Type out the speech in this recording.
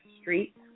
Street